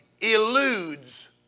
eludes